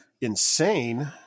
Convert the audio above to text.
insane